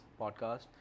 podcast